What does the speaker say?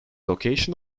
location